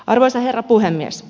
arvoisa herra puhemies